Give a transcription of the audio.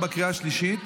עבר בקריאה השלישית,